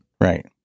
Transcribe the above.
right